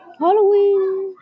Halloween